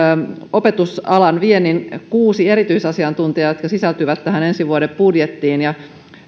opetusalan viennin kuusi erityisasiantuntijaa jotka sisältyvät tähän ensi vuoden budjettiin